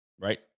Right